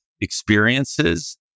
experiences